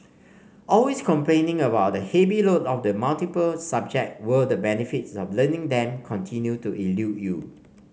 always complaining about the heavy load of the multiple subject where the benefits of learning them continue to elude you